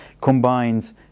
combines